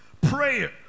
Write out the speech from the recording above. prayer